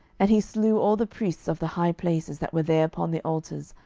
and he slew all the priests of the high places that were there upon the altars,